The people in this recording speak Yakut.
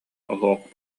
суох